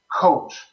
coach